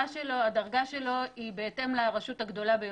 הדרגה שלו היא בהתאם לרשות הגדולה ביותר.